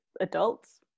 adults